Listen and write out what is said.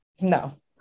no